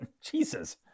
Jesus